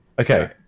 Okay